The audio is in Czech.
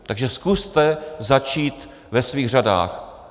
Takže zkuste začít ve svých řadách.